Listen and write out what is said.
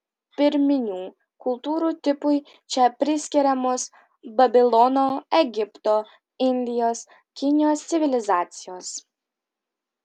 pirminių kultūrų tipui čia priskiriamos babilono egipto indijos kinijos civilizacijos